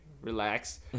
relax